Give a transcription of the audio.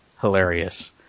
hilarious